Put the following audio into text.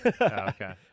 Okay